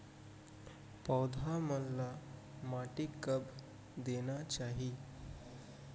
पौधा मन ला माटी कब देना चाही?